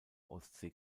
ostsee